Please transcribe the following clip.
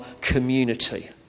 community